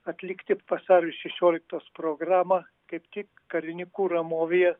atlikti vasario šešioliktos programą kaip tik karininkų ramovėje